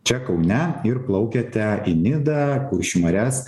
čia kaune ir plaukiate į nidą kuršių marias